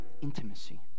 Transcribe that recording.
intimacy